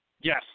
Yes